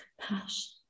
compassion